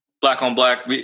black-on-black